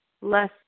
less